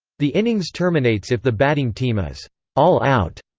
the innings terminates if the batting team is all out,